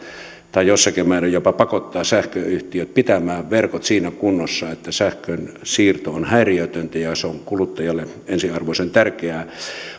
tai jossakin määrin jopa pakottaa sähköyhtiöt pitämään verkot siinä kunnossa että sähkön siirto on häiriötöntä se on kuluttajalle ensiarvoisen tärkeää